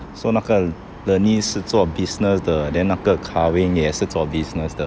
so 那个 bernice 是做 business 的 then 那个 kar wing 也是做 business 的